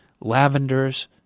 lavenders